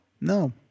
No